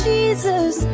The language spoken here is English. Jesus